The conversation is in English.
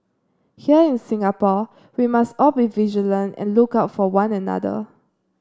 here in Singapore we must all be vigilant and look out for one another